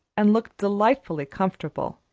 and looked delightfully comfortable,